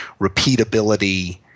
repeatability